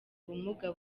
ubumuga